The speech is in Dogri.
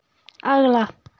अगला